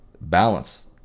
balance